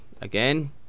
Again